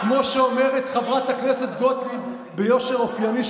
כמו שאומרת חברת הכנסת גוטליב ביושר אופייני,